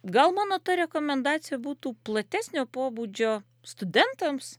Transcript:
gal mano ta rekomendacija būtų platesnio pobūdžio studentams